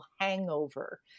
hangover